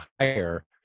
higher